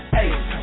hey